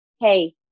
Hey